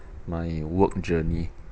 my work journey